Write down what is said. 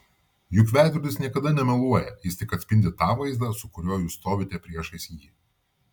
juk veidrodis niekada nemeluoja jis tik atspindi tą vaizdą su kuriuo jūs stovite priešais jį